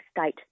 state